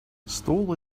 stall